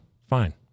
fine